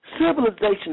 civilization